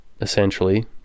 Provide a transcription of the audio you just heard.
essentially